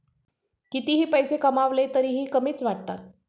कितीही पैसे कमावले तरीही कमीच वाटतात